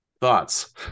thoughts